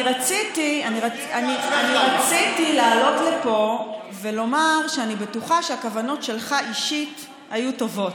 אני רציתי לעלות לפה ולומר שאני בטוחה שהכוונות שלך אישית היו טובות,